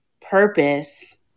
purpose